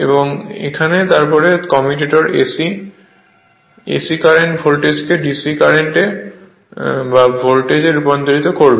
এবং তারপর কমিউটার AC AC কারেন্ট ভোল্টেজকে DC কারেন্ট বা ভোল্টেজ এ রূপান্তর করবে